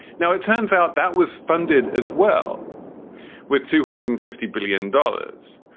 now, it turns out that was funded as well with two hundred and fifty billion dollars.